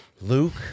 Luke